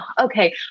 okay